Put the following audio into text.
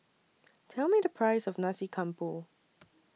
Tell Me The Price of Nasi Campur